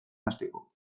hasteko